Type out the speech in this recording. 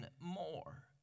more